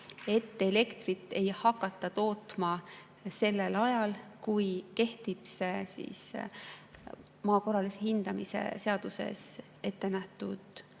et elektrit ei hakata tootma sellel ajal, kui kehtib see maa korralise hindamise seaduses ette nähtud